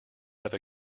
have